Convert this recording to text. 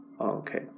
Okay